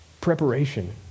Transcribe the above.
preparation